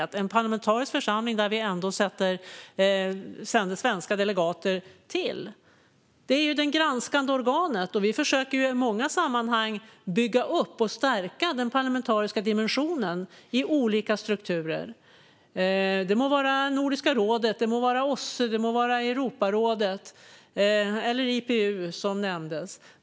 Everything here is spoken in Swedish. Det är ändå en parlamentarisk församling som vi sänder svenska delegater till. Det är ju det granskande organet. Vi försöker i många sammanhang bygga upp och stärka den parlamentariska dimensionen i olika strukturer. Det må vara i Nordiska rådet, det må vara i OSSE och det må vara i Europarådet eller IPU, som nämndes.